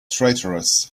traitorous